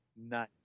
Nice